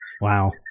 Wow